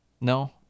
No